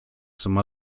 some